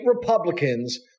Republicans